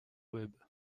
web